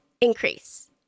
increase